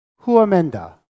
huamenda